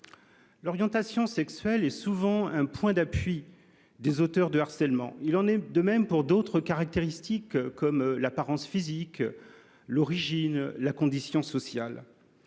L'orientation sexuelle est souvent un point d'appui des auteurs de harcèlement. C'est vrai aussi d'autres caractéristiques, comme l'apparence physique, l'origine, la condition sociale.